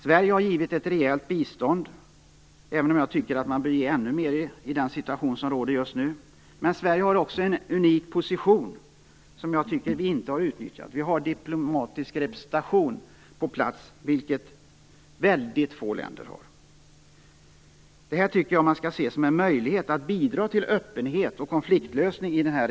Sverige har givit ett rejält bistånd - även om jag tycker att man bör ge ännu mer i den situation som råder just nu. Men Sverige har också en unik position som jag inte tycker att vi har utnyttjat. Vi har diplomatisk representation på plats. Det är det väldigt få länder som har. Detta tycker jag att man skall se som en möjlighet att bidra till öppenhet och konfliktlösning i regionen.